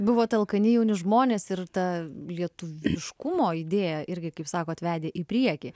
buvote alkani jauni žmonės ir ta lietuviškumo idėją irgi kaip sakot vedė į priekį